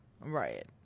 Right